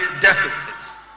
deficits